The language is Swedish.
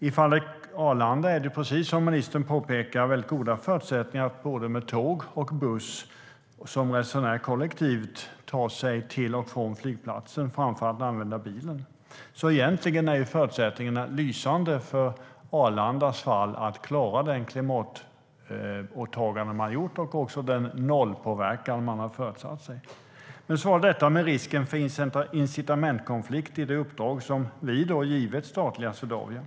I fallet Arlanda finns det, precis som ministern påpekar, goda förutsättningar att både med tåg och buss som resenär kollektivt ta sig från och till flygplatsen framför att använda bilen. Egentligen är förutsättningarna lysande i Arlandas fall att klara det klimatåtagande man har gjort och även den nollpåverkan man har föresatt sig. Men så var det detta med risken för incitamentkonflikt i det uppdrag som vi har givit det statliga Swedavia.